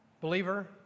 Believer